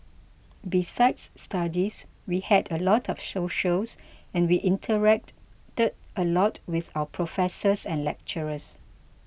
besides studies we had a lot of socials and we interacted a lot with our professors and lecturers